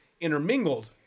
intermingled